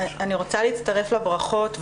אני רוצה להצטרף לברכות,